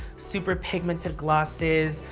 super pigmented glosses.